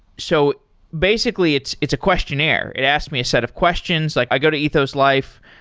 so basically, it's it's a questionnaire. it asked me a set of questions. like i go to ethos life,